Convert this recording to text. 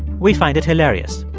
we find it hilarious.